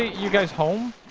you guys home?